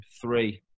three